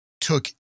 took